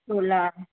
छोला